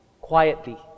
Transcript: quietly